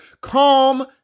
calm